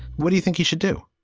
what do you think he should do?